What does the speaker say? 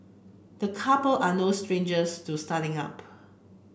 the couple are no strangers to starting up